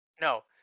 No